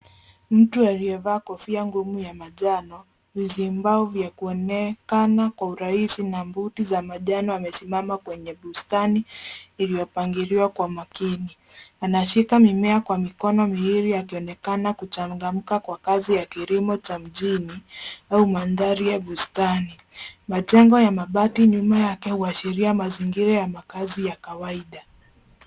Mtu aliyevaa kofia ngumu ya manjano, vizibao vya kuonekana kwa urahisi na buti za manjano amesimama kwenye bustani iliyopangiliwa kwa makini. Anashika mimea kwa mikono miwili akionekana kuchangamka kwa kazi ya kilimo cha mjini au mandhari ya bustani. Majengo ya mabati nyuma yake huashiria makazi ya kawaida.